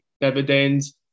dividends